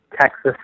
Texas